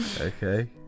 okay